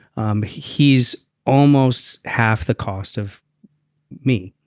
um he's almost half the cost of me